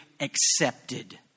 accepted